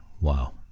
Wow